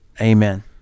Amen